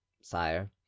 Sire